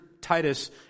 Titus